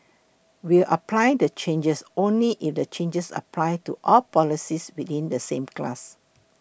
we will apply the changes only if the changes apply to all policies within the same class